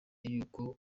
y’uko